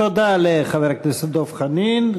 תודה לחבר הכנסת דב חנין.